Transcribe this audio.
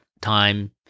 time